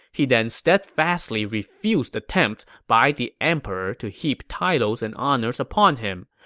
he then steadfastly refused attempts by the emperor to heap titles and honors upon him.